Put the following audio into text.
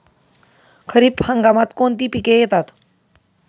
खरीप हंगामात कोणती पिके येतात?